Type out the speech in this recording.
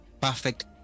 perfect